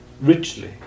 richly